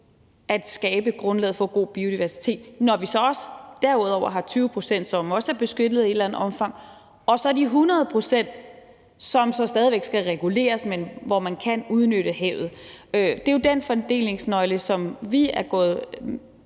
at skabe grundlaget for god biodiversitet. Når vi så også derudover har 20 pct., som også er beskyttet i et eller andet omfang, og når vi så har de 100 pct., som så stadig væk skal reguleres, men hvor man kan udnytte havet, så er det den fordelingsnøgle, som vi er gået